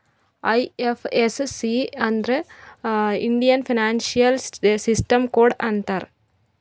IFSC ಅಂದುರ್ Indian financial system code ಅಂತ್ ಅಂತಾರ್